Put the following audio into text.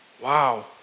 Wow